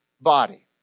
body